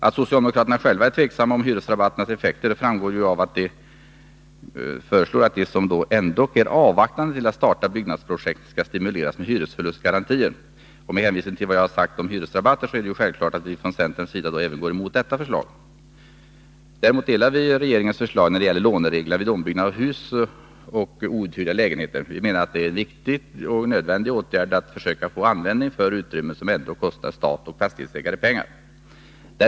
Att socialdemokraterna själva är tveksamma om hyresrabatternas effekter framgår av att de föreslår att de som ändå är avvaktande till att starta skall stimuleras med hyresförlustgarantier. Med hänsyn till vad jag har sagt om hyresrabatter är det självklart att vi från centerns sida även går emot detta förslag. Däremot delar vi regeringens uppfattning när det gäller lånereglerna vid ombyggnad av hus och outhyrda lägenheter. Vi menar att det är en riktig och nödvändig åtgärd att försöka få användning för utrymmen som ändå kostar stat och fastighetsägare pengar.